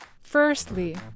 Firstly